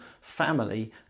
family